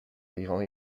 iran